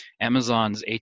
Amazon's